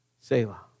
Selah